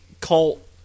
cult